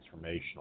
Transformational